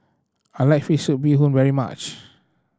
I like fish soup bee hoon very much